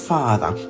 Father